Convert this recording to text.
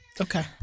Okay